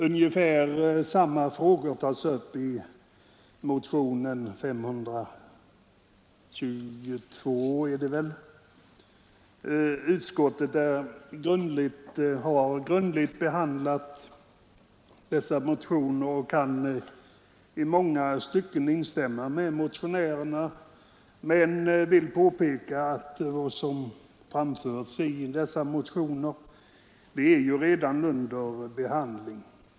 Ungefär samma frågor tas upp i motion nr 552. Utskottet har grundligt behandlat dessa motioner och kan i många stycken instämma med motionärerna men vill påpeka att de frågor som berörts i dessa motioner redan är under behandling.